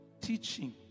teaching